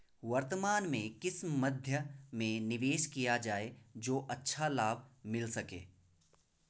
वर्तमान में किस मध्य में निवेश किया जाए जो अच्छा लाभ मिल सके?